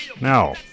Now